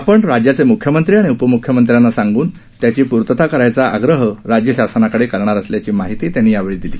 आपण राज्याचे म्ख्यमंत्री आणि उपमूख्यमंत्र्यांना सांगून त्याची पूर्तता करायचा आग्रह राज्यशासनाकडे करणार असल्याची माहिती त्यांनी यावेळी दिली